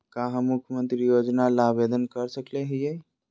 का हम मुख्यमंत्री योजना ला आवेदन कर सकली हई?